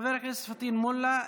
חבר הכנסת פטין מולא,